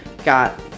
Got